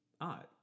odd